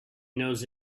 knows